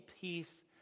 peace